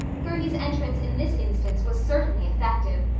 gertie's entrance in this instance was certainly effective,